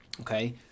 Okay